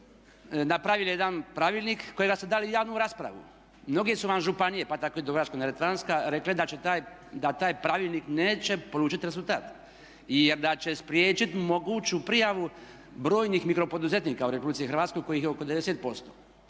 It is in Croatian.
postupku napravili jedan pravilnik kojega ste dali u javnu raspravu. Mnoge su vam županije, pa tako i Dubrovačko-neretvanska da taj pravilnik neće polučiti rezultat jer da će spriječiti moguću prijavu brojnih mikropoduzetnika u Republici Hrvatskoj kojih je oko